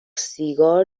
سیگار